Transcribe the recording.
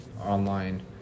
online